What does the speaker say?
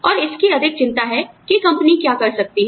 और इसकी अधिक चिंता है कि कंपनी क्या कर सकती है